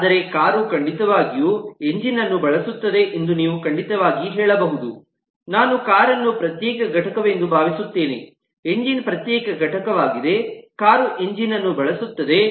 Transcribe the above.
ಆದರೆ ಕಾರು ಖಂಡಿತವಾಗಿಯೂ ಎಂಜಿನ್ ಅನ್ನು ಬಳಸುತ್ತದೆ ಎಂದು ನೀವು ಖಂಡಿತವಾಗಿ ಹೇಳಬಹುದು ನಾನು ಕಾರ್ ಅನ್ನು ಪ್ರತ್ಯೇಕ ಘಟಕವೆಂದು ಭಾವಿಸುತ್ತೇನೆ ಎಂಜಿನ್ ಪ್ರತ್ಯೇಕ ಘಟಕವಾಗಿದೆ ಕಾರು ಎಂಜಿನ್ ಅನ್ನು ಬಳಸುತ್ತದೆ